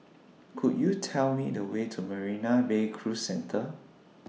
Could YOU Tell Me The Way to Marina Bay Cruise Centre